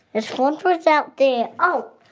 there's footprints out there. oh,